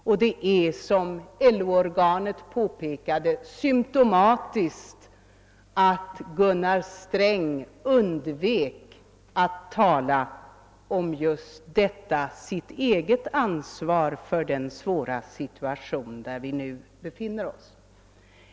Som LO-organet framhållit är det symptomatiskt att Gunnar Sträng undvek att tala om just detta sitt eget ansvar för den svåra situation vi nu befinner oss i.